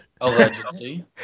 Allegedly